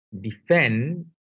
defend